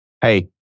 Hey